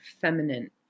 Feminine